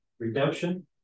Redemption